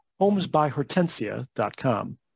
homesbyhortensia.com